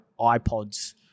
iPods